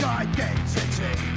identity